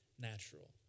natural